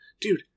dude